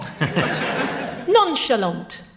Nonchalant